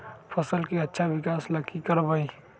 फसल के अच्छा विकास ला की करवाई?